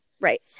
Right